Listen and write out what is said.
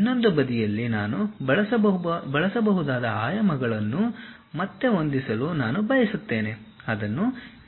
ಇನ್ನೊಂದು ಬದಿಯಲ್ಲಿ ನಾನು ಬಳಸಬಹುದಾದ ಆಯಾಮಗಳನ್ನು ಮತ್ತೆ ಹೊಂದಿಸಲು ನಾನು ಬಯಸುತ್ತೇನೆ ಅದನ್ನು